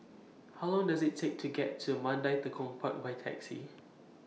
How Long Does IT Take to get to Mandai Tekong Park By Taxi